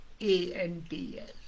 A-N-T-S